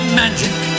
magic